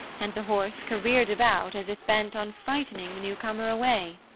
and the horse careered about as if bent on frightening the newcomer away.